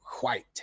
White